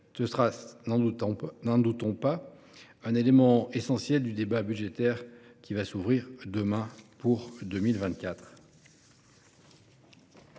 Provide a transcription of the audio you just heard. Ce sera, n’en doutons pas, un élément essentiel du débat budgétaire qui s’ouvrira demain.